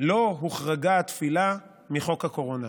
לא הוחרגה התפילה מחוק הקורונה,